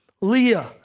Leah